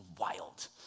wild